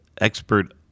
expert